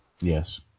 Yes